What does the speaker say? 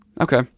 Okay